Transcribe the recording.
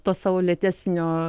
to savo lėtesnio